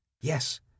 Yes